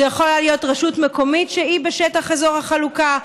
זו יכולה להיות רשות מקומית שהיא בשטח אזור החלוקה.